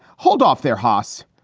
hold off their horse,